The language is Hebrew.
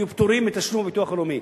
יהיו פטורים מתשלום הביטוח הלאומי?